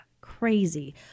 Crazy